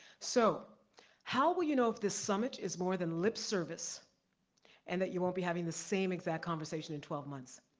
so how will you know if this summit is more than lip service and that you won't be having this same exact conversation in twelve months?